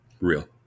Real